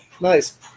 Nice